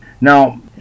now